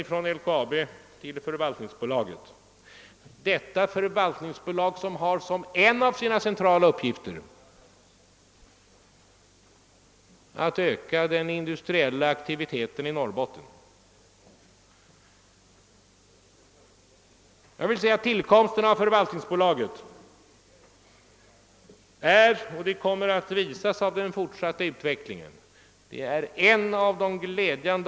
Det andra klart uttalade syftet med de förändringar som vi föreslår i proposition 121 är att riksdagen icke skall få en minskad insyn i de statliga företagens utveckling utan tvärtom en ökad sådan.